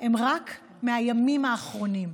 הם רק מהימים האחרונים.